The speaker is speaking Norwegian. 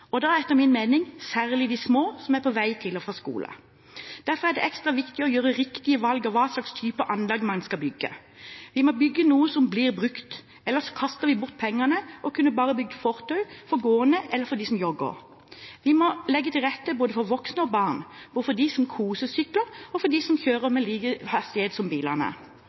nok, da etter min mening særlig de små som er på vei til og fra skole. Derfor er det ekstra viktig å gjøre riktige valg om hva slags type anlegg man skal bygge. Vi må bygge noe som blir brukt, ellers kaster vi bort pengene og kunne bare bygd fortau for gående eller for dem som jogger. Vi må legge til rette både for voksne og barn, for dem som kosesykler, og for dem som kjører med lik hastighet som bilene.